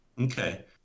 Okay